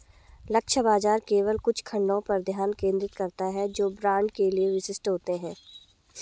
लक्ष्य बाजार केवल कुछ खंडों पर ध्यान केंद्रित करता है जो ब्रांड के लिए विशिष्ट होते हैं